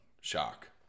Shock